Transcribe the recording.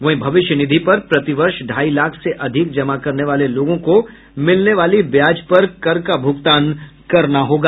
वहीं भविष्य निधि पर प्रतिवर्ष ढाई लाख से अधिक जमा करने वाले लोगों को मिलने वाली व्याज पर कर का भुगतान करना होगा